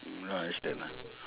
don't understand ah